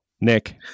Nick